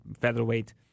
featherweight